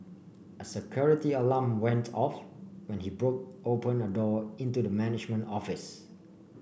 a security alarm went off when he broke open a door into the management office